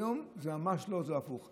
היום זה ממש לא, זה הפוך.